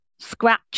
scratch